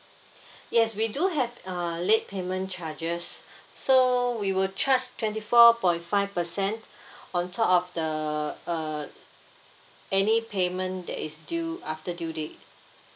yes we do have uh late payment charges so we will charge twenty four point five percent on top of the uh any payment that is due after due date